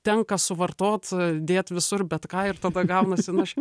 tenka suvartot dėt visur bet ką ir tada gaunasi nu aš